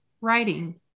writing